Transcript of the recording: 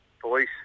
police